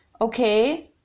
okay